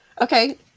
Okay